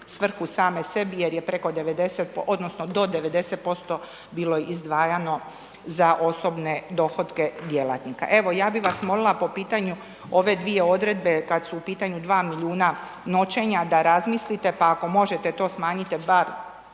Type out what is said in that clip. svrhu same sebi jer je preko 90% odnosno do 90% bilo izdvajano za osobne dohotke djelatnika. Evo ja bi vas molila po pitanju ove dvije odredbe kad su u pitanju 2 milijuna noćenja da razmislite pa ako možete to smanjite bar